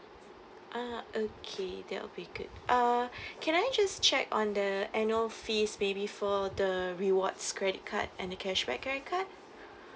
ah okay that will be good ah can I just check on the annual fees maybe for the rewards credit card and the cashback credit card